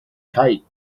tight